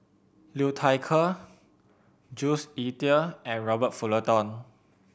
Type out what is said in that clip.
Liu Thai Ker Jules Itier and Robert Fullerton